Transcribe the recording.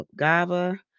gava